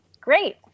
great